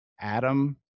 adam